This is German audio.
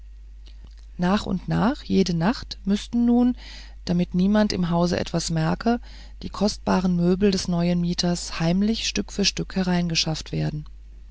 nach und nach jede nacht müßten nun damit niemand im hause etwas merke die kostbaren möbel des neuen mieters heimlich stück für stück hinaufgeschafft werden